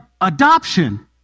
adoption